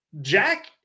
Jack